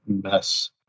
mess